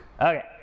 Okay